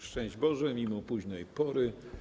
Szczęść Boże mimo późnej pory.